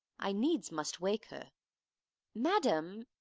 i needs must wake her madam,